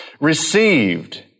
received